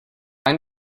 find